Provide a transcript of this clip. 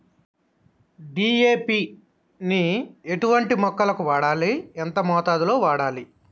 DAP ని ఎటువంటి మొక్కలకు వాడాలి? ఎంత మోతాదులో వాడాలి?